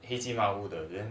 黑漆抹乌的